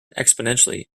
exponentially